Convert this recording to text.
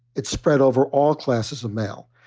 it's spread over all classes of mail.